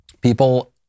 People